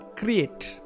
create